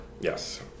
Yes